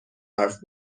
حرف